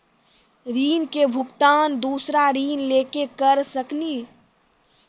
ऋण के भुगतान दूसरा ऋण लेके करऽ सकनी?